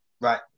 right